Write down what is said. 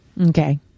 Okay